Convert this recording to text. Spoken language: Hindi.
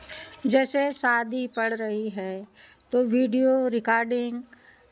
जैसे शादी पड़ रही है तो वीडियो रिकार्डिंग